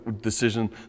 decision